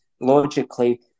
logically